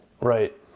Right